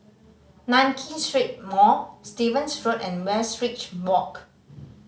Nankin Street Mall Stevens Road and Westridge Walk